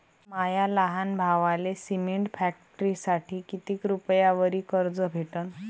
माया लहान भावाले सिमेंट फॅक्टरीसाठी कितीक रुपयावरी कर्ज भेटनं?